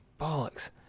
bollocks